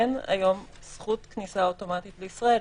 אין היום זכות כניסה אוטומטית לישראל.